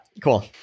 cool